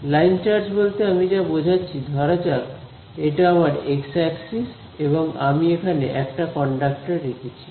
line charge বলতে আমি যা বোঝাচ্ছি ধরা যাক এটা আমার এক্স অ্যাক্সিস এবং আমি এখানে একটা কন্ডাক্টর রেখেছি